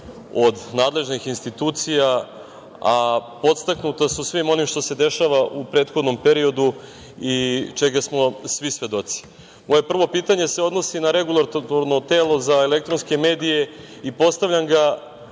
od nadležnih institucija, a podstaknuta su svi onim što se dešava u prethodnom periodu i čega smo svi svedoci. Moje prvo pitanje odnosi se na Regulatorno telo za elektronske medije i postavljam ga